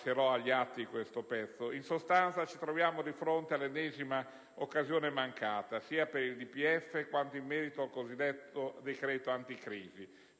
pronunciamento ufficiale. In sostanza, ci troviamo di fronte all'ennesima occasione mancata, sia per il DPEF quanto in merito al cosiddetto decreto anticrisi,